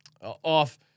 off